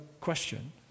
question